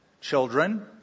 Children